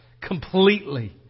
completely